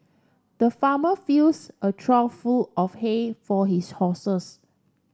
the farmer fills a trough full of hay for his horses